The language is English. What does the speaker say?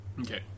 Okay